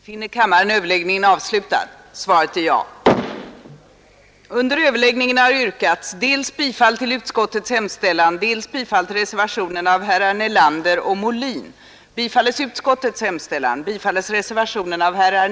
Fru talman! Motionen har säkerligen skrivits i det bästa syfte, men den är dåligt genomtänkt lika dåligt som reservationen. Det stär naturligtvis var och en fritt att lämna uppgifter eller inte om någon frågar.